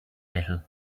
little